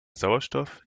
sauerstoff